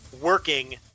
working